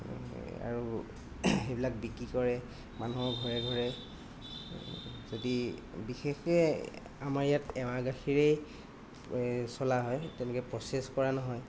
আৰু সেইবিলাক বিক্ৰী কৰে মানুহৰ ঘৰে ঘৰে যদি বিশেষকৈ আমাৰ ইয়াত এৱা গাখীৰ চলা হয় তেনেকৈ প্ৰচেছ কৰা নহয়